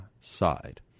side